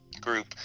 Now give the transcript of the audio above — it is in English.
group